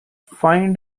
find